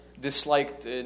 disliked